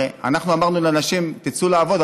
הרי אנחנו אמרנו לנשים: תצאו לעבוד,